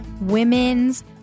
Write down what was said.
Women's